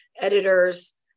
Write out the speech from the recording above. editors